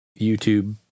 YouTube